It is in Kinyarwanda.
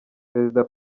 perezida